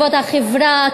כבוד החברה,